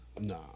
No